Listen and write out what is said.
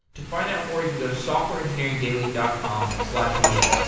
to find out more, you can go to softwareengineeringdaily dot com slash meet up